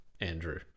Andrew